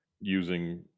using